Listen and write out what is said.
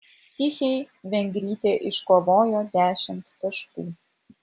tichei vengrytė iškovojo dešimt taškų